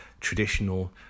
traditional